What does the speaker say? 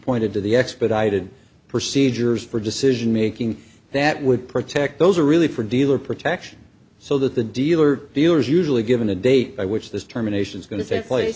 pointed to the expedited proceed jer's for decision making that would protect those are really for dealer protection so that the dealer dealers usually given a date by which this terminations going to take place